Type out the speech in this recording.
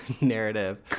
narrative